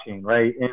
right